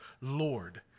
Lord